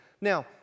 Now